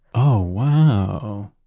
oh, wow!